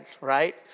right